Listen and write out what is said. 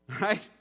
Right